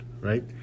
right